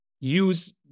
use